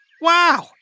Wow